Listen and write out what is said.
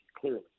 clearly